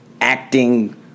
acting